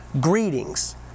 greetings